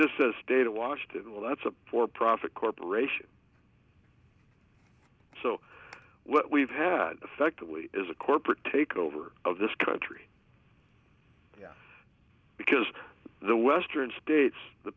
just a state of washington well that's a for profit corporation so what we've had affectively is a corporate takeover of this country yeah because the western states the